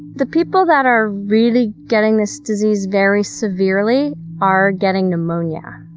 the people that are really getting this disease very severely are getting pneumonia.